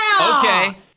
Okay